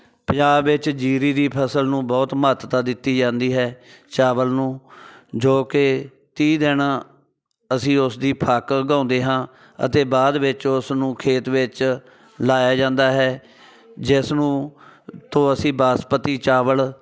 ਪੰਜਾਬ ਵਿੱਚ ਜੀਰੀ ਦੀ ਫਸਲ ਨੂੰ ਬਹੁਤ ਮਹੱਤਤਾ ਦਿੱਤੀ ਜਾਂਦੀ ਹੈ ਚਾਵਲ ਨੂੰ ਜੋ ਕਿ ਤੀਹ ਦਿਨ ਅਸੀਂ ਉਸਦੀ ਫੱਕ ਉਗਾਉਂਦੇ ਹਾਂ ਅਤੇ ਬਾਅਦ ਵਿੱਚ ਉਸ ਨੂੰ ਖੇਤ ਵਿੱਚ ਲਾਇਆ ਜਾਂਦਾ ਹੈ ਜਿਸ ਨੂੰ ਤੋਂ ਅਸੀਂ ਬਾਸਪਤੀ ਚਾਵਲ